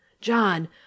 john